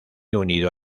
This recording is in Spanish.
unido